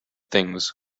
things